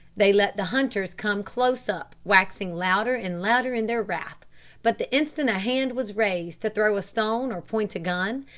they let the hunters come close up, waxing louder and louder in their wrath but the instant a hand was raised to throw a stone or point a gun,